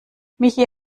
michi